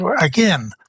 Again